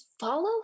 follow